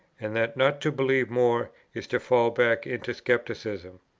and that not to believe more is to fall back into scepticism.